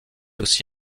aussi